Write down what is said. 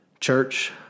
Church